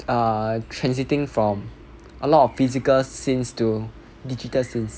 err transiting from a lot of physical scene to digital scene